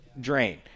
drain